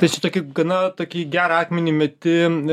tai su tokiu gana tokį gerą akmenį meti